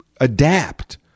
adapt